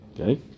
Okay